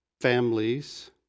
families